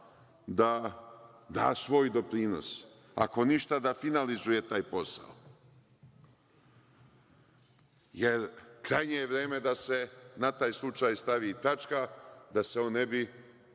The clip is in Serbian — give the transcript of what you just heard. da da svoj doprinos, ako ništa da finalizuje taj posao. Krajnje je vreme je da se na taj slučaj stavi tačka, da se on ne bi